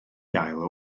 gael